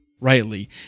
rightly